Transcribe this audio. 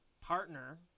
partner